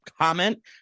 comment